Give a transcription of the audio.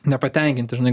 nepatenkinti žinai